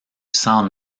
sans